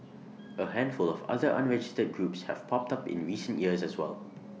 A handful of other unregistered groups have popped up in recent years as well